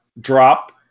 drop